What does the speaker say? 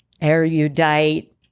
erudite